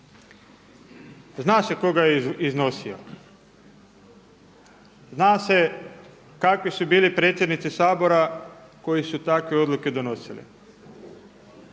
Zna se koga je iznosio, zna se kakvi su bili predsjednici Sabora koji su takve odluke donosili.